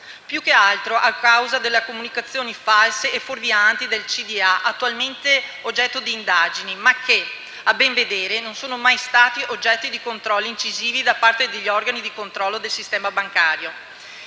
più che altro a causa delle comunicazioni false e fuorvianti dei consigli di amministrazione attualmente oggetto di indagini, che, a ben vedere, non sono mai stati oggetto di controlli incisivi da parte degli organi di controllo del sistema bancario.